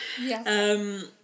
Yes